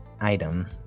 item